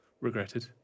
regretted